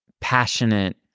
passionate